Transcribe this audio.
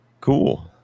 Cool